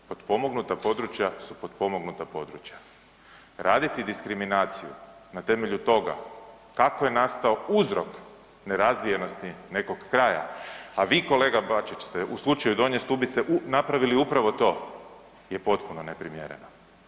Potpomognuta područja su potpomognuta područja, raditi diskriminaciju na temelju toga kako je nastao uzrok nerazvijenosti nekog kraja, a vi kolega Bačić ste u slučaju Donje Stubice napravili upravo to je potpuno neprimjereno.